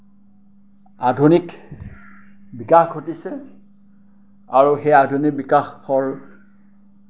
আধুনিক বিকাশ ঘটিছে আৰু সেই আধুনিক বিকাশৰ